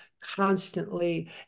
constantly